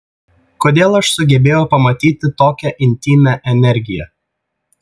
kodėl aš sugebėjau pamatyti tokią intymią energiją